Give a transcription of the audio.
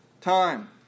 time